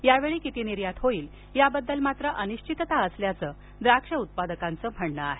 यावेळी किती निर्यात होईल याबद्दल अनिश्वितता असल्याचे द्राक्ष उत्पादकांचे म्हणणे आहे